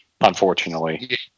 unfortunately